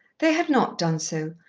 they had not done so,